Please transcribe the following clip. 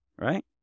right